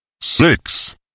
six